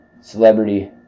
celebrity